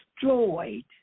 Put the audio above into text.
destroyed